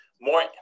more